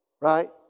Right